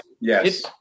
yes